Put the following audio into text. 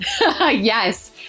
Yes